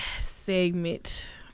segment